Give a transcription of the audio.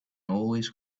always